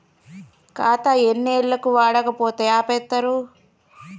ఖాతా ఎన్ని ఏళ్లు వాడకపోతే ఆపేత్తరు?